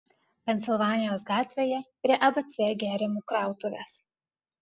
pensilvanijos gatvėje prie abc gėrimų krautuvės